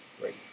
Great